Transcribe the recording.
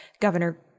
Governor